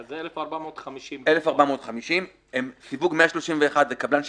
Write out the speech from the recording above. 1,450 הם סיווג 131 לקבלן שיפוצים.